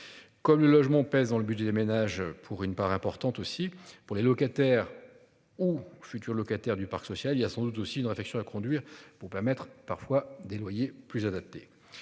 Comme le logement pèse dans le budget des ménages pour une part importante aussi pour les locataires ou futurs locataires du parc social. Il y a sans doute aussi une réflexion à conduire pour pas mettre parfois des loyers plus adapté.